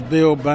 Bill